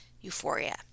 Euphoria